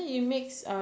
ya